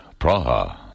Praha